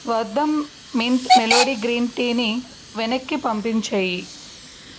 Vahdam mint melody green టీని వెనక్కి పంపించెయ్యి